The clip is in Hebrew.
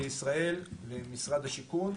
עם מנהל מקרקעי ישראל ומשרד השיכון,